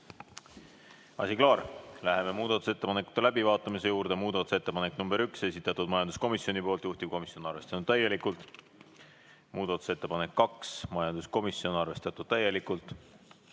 Asi klaar. Läheme muudatusettepanekute läbivaatamise juurde. Muudatusettepanek nr 1, esitatud majanduskomisjoni poolt, juhtivkomisjon arvestanud täielikult. Muudatusettepanek nr 2, majanduskomisjon, arvestatud täielikult.